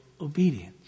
obedience